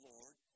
Lord